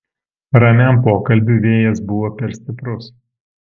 ramiam pokalbiui vėjas buvo per stiprus